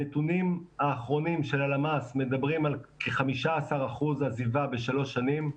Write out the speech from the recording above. הנתונים האחרונים של הלמ"ס מדברים על כ-15% עזיבה בשלוש שנים,